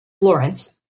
Florence